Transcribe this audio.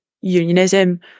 unionism